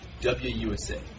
WUSA